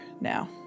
now